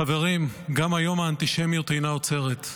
חברים, גם היום האנטישמיות אינה עוצרת.